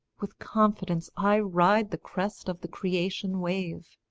with confidence i ride the crest of the creation-wave,